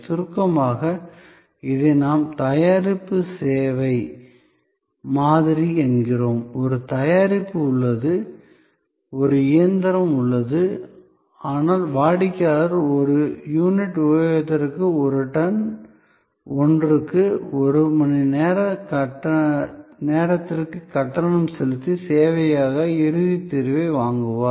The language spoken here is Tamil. சுருக்கமாக இதை நாம் தயாரிப்பு சேவை மாதிரி என்கிறோம் ஒரு தயாரிப்பு உள்ளது ஒரு இயந்திரம் உள்ளது ஆனால் வாடிக்கையாளர் ஒரு யூனிட் உபயோகத்திற்கு ஒரு டன் ஒன்றுக்கு ஒரு மணி நேரத்திற்கு கட்டணம் செலுத்தி சேவையாக இறுதி தீர்வை வாங்குகிறார்